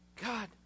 God